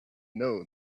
know